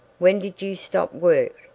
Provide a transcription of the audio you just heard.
when did you stop work?